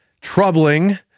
troubling